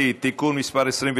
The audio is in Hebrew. אפס מתנגדים, אפס נמנעים.